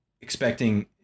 expecting